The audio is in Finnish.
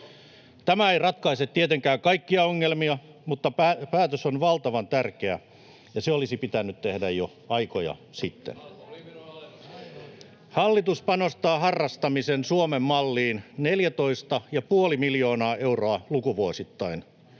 Tämä ei ratkaise tietenkään kaikkia ongelmia, mutta päätös on valtavan tärkeä ja se olisi pitänyt tehdä jo aikoja sitten. [Timo Harakan välihuuto] Hallitus panostaa Harrastamisen Suomen malliin 14,5 miljoona euroa lukuvuosittain.